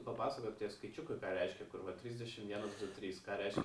papasakot skaičiukai ką reiškia kur va trisdešim vienas trys ką reiškia